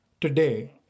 today